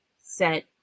set